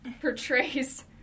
portrays